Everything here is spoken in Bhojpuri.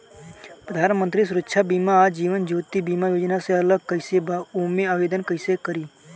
प्रधानमंत्री सुरक्षा बीमा आ जीवन ज्योति बीमा योजना से अलग कईसे बा ओमे आवदेन कईसे करी?